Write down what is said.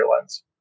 lens